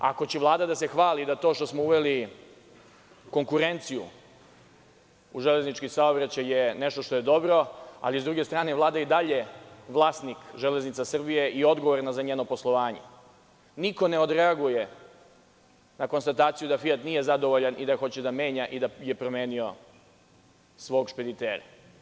Ako će Vlada da se hvali da to što smo uveli konkurenciju u železnički saobraćaj nešto što je dobro, ali sa druge strane Vlada je i dalje vlasnik Železnica Srbije i odgovorna je za njeno poslovanje, niko ne odreaguje na konstataciju da Fijat nije zadovoljan i da hoće da menja, da je promenio svog špeditera.